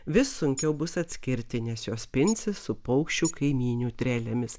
vis sunkiau bus atskirti nes jos pinsis su paukščių kaimynių trelėmis